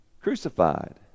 crucified